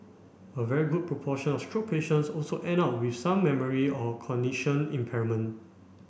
a very good proportion of stroke patients also end up with some memory or cognition impairment